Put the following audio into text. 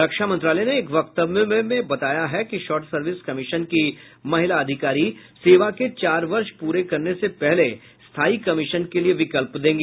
रक्षा मंत्रालय ने एक वक्तव्य में बताया कि शॉर्ट सर्विस कमीशन की महिला अधिकारी सेवा के चार वर्ष प्ररे करने से पहले स्थायी कमीशन के लिए विकल्प देंगी